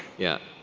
yeah.